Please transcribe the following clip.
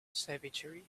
savagery